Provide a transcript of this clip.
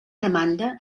demanda